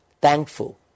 thankful